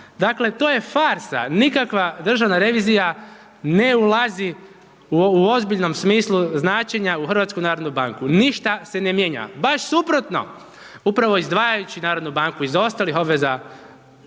Dakle to je farsa, nikakva državna revizija ne ulazi u ozbiljnom smislu značenja u NHB, ništa se ne mijenja baš suprotno upravo izdvajajući narodnu banku iz ostalih obveza